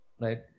right